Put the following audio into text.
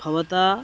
भवता